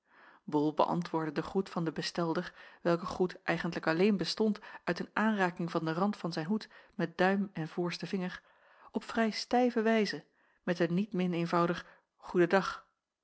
bol beäntwoordde den groet van den bestelder welke groet eigentlijk alleen bestond uit een aanraking van den rand van zijn hoed met duim en voorsten vinger op vrij stijve wijze met een niet min eenvoudig goeden dag